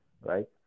right